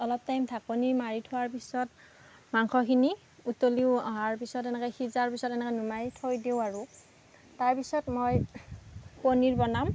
অলপ টাইম ঢাকনি মাৰি থোৱাৰ পিছত মাংসখিনি উতলিও অহাৰ পিছত এনেকৈ সিজাৰ পিছত এনেকৈ নোমাই থৈ দিওঁ আৰু তাৰ পিছত মই পনিৰ বনাম